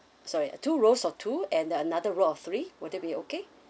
sorry two rows of two and the another row of three will that be okay